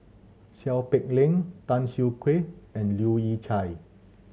Seow Peck Leng Tan Siak Kew and Leu Yew Chye